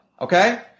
okay